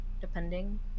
depending